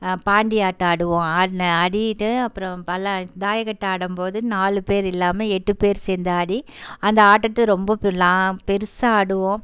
பாண்டி ஆட்டம் ஆடுவோம் ஆடின ஆடிட்டு அப்புறம் தாயக்கட்டை ஆடும்போது நாலு பேர் இல்லாமல் எட்டு பேர் சேர்ந்து ஆடி அந்த ஆட்டத்தை ரொம்ப பெருசாக ஆடுவோம்